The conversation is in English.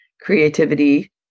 creativity